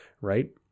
right